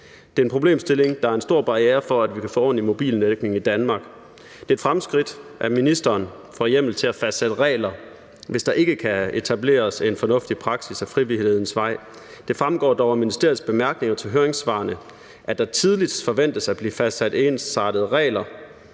Det er en problemstilling, der er en stor barriere for, at vi kan få ordentlig mobildækning i Danmark. Det er et fremskridt, at ministeren får hjemmel til at fastsætte regler, hvis der ikke kan etableres en fornuftig praksis ad frivillighedens vej. Det fremgår dog af ministeriets bemærkninger til høringssvarene, at der tidligst forventes at blive fastsat ensartede regler